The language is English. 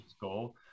goal